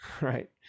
right